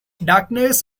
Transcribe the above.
darkness